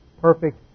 perfect